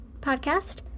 podcast